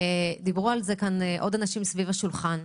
דיברו על זה כאן עוד אנשים סביב השולחן.